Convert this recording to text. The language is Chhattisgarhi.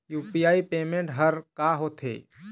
यू.पी.आई पेमेंट हर का होते?